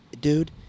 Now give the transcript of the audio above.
Dude